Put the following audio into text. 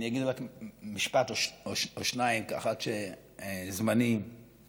אני אגיד רק משפט או שניים, עד שזמני ייגמר.